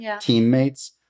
teammates